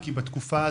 בפלטפורמות